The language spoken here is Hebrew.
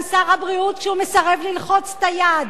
שר הבריאות כשהוא מסרב ללחוץ את היד,